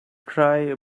cry